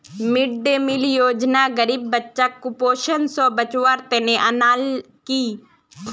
mid day meal योजना गरीब बच्चाक कुपोषण स बचव्वार तने अन्याल कि